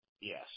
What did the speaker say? Yes